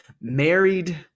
married